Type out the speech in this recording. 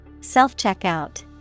Self-checkout